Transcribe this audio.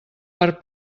per